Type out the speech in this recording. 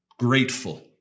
grateful